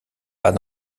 pas